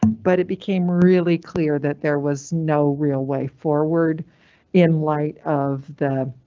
but it became really clear that there was no real way forward in light of the.